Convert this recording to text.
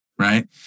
right